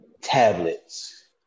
tablets